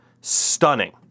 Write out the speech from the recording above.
stunning